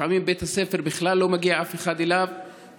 לפעמים אף אחד לא מגיע לבית הספר.